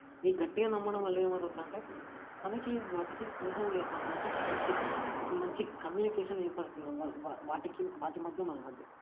ఈ గట్టిగా నమ్మడం వల్ల ఏం కుదురుతాయంటే మనకి వాటికి స్నేహం ఏర్పడుతుంది అంటే ఫ్రెండ్షిప్ ఒక మంచి కమ్యూనికేషన్ ఏర్పడుతుంది వా వ వాటికీ వాటి మధ్య మన మధ్య